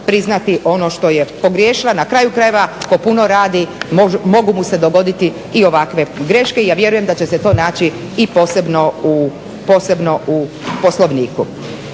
priznati ono što je pogriješila. Na kraju krajeva tko puno radi mogu mu se dogoditi i ovakve greške i ja vjerujem da će se to naći i posebno u poslovniku.